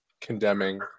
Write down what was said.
condemning